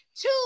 two